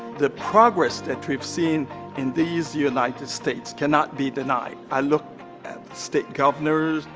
the progress that we've seen in these united states cannot be denied, i look at state governors,